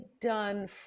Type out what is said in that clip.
done